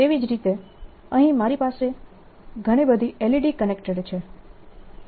તેવી જ રીતે અહીં મારી પાસે ઘણાં બધી LED કનેક્ટેડ છે